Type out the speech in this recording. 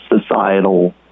societal